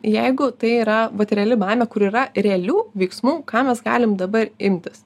jeigu tai yra vat reali baimė kur yra realių veiksmų ką mes galim dabar imtis